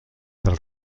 del